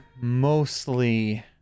mostly